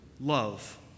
love